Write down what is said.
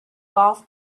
golf